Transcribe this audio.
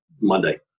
Monday